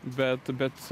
bet bet